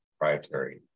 proprietary